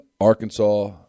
Arkansas